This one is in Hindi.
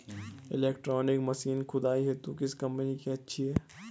इलेक्ट्रॉनिक मशीन खुदाई हेतु किस कंपनी की अच्छी है?